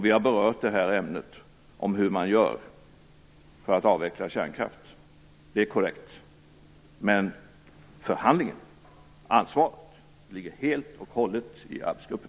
Vi har berört ämnet hur man gör för att avveckla kärnkraft - det är korrekt. Men ansvaret och förhandlingarna ligger helt och hållet i arbetsgruppen.